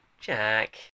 Jack